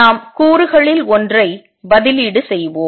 நாம் கூறுகளில் ஒன்றை பதிலீடு செய்வோம்